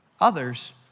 Others